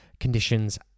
conditions